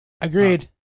Agreed